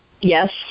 yes